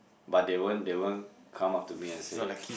but they won't they won't come up to me and say